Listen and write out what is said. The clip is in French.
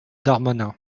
darmanin